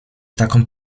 taką